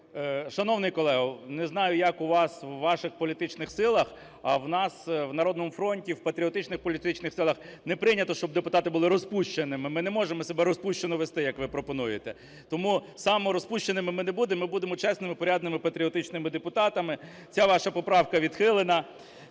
Шановний колего, не знаю, як у вас, у ваших політичних силах, а в нас у "Народному фронті", у патріотичних політичних силах не прийнято, щоб депутати були розпущеними. Ми не можемо себе розпущено вести, як ви пропонуєте. Тому саморозпущеними ми не будемо, ми будемо чесними, порядними, патріотичними депутатами. Ця ваша поправка відхилена